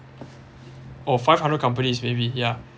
or five hundred companies maybe yeah